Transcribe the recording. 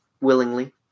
willingly